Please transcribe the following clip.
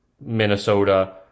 Minnesota